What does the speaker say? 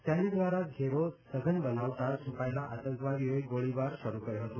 સૈન્ય દ્વારા ઘેરો સઘન બનાવતા છૂપાયેલા આતંકવાદીઓએ ગોળીબાર શરૂ કર્યો હતો